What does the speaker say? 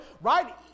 right